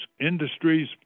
industries